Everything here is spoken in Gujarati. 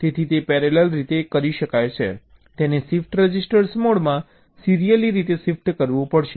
તેથી તે પેરેલલ રીતે કરી શકાય છે તેને શિફ્ટ રજિસ્ટર મોડમાં સીરિયલી રીતે શિફ્ટ કરવું પડશે